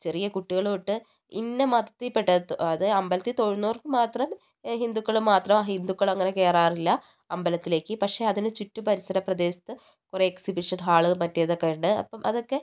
ചെറിയ കുട്ടികൾ തൊട്ട് ഇന്ന മതത്തിപ്പെട്ട അതായത് അമ്പലത്തിൽ തൊഴുന്നവർക്ക് മാത്രം ഹിന്ദുക്കള് മാത്രം അഹിന്ദുക്കൾ അങ്ങനെ കയറാറില്ല അമ്പലത്തിലേക്ക് പക്ഷേ അതിന് ചുറ്റു പരിസര പ്രദേശത്ത് കുറേ എക്സിബിഷൻ ഹാള് മറ്റേതൊക്കെ ഉണ്ട് അപ്പം അതൊക്കെ